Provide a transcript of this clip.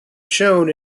shown